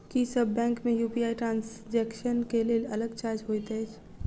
की सब बैंक मे UPI transaction केँ लेल अलग चार्ज होइत अछि?